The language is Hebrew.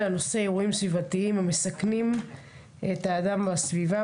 הנושא אירועים סביבתיים המסכנים את האדם והסביבה,